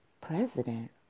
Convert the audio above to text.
President